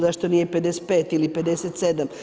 Zašto nije 55 ili 57?